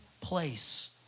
place